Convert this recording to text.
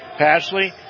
Pashley